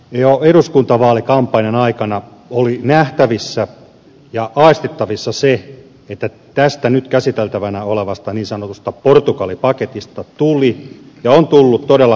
jo eduskuntavaalikampanjan aikana oli nähtävissä ja aistittavissa se että tästä nyt käsiteltävänä olevasta niin sanotusta portugali paketista tuli ja on tullut todella merkittävä teema